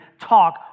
talk